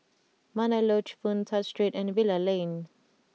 Mandai Lodge Boon Tat Street and Bilal Lane